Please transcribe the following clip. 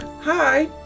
Hi